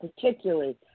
particularly